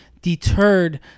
deterred